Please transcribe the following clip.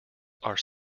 are